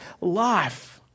life